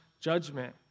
judgment